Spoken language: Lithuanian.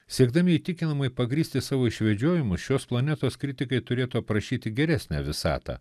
siekdami įtikinamai pagrįsti savo išvedžiojimus šios planetos kritikai turėtų aprašyti geresnę visatą